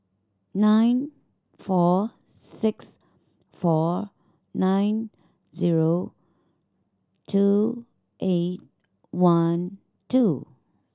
nine four six four nine zero two eight one two